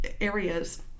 areas